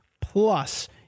Plus